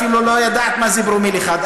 אפילו לא ידעת מה זה פרומיל אחד.